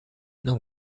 non